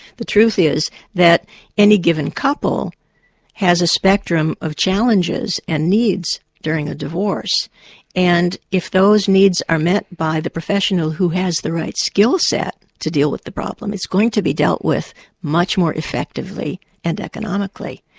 the truth is that any given couple has a spectrum of challenges and needs during a divorce and if those needs are met by the professional who has the right skill set to deal with the problem, it's going to be dealt with much more effectively and economically.